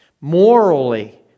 Morally